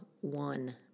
one